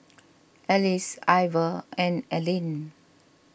Alyse Ivor and Alene